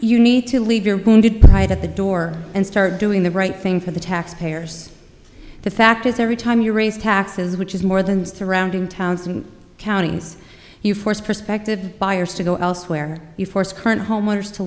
you need to leave your pride at the door and start doing the right thing for the taxpayers the fact is every time you raise taxes which is more than surrounding towns and counties you force prospective buyers to go elsewhere you force current homeowners to